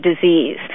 disease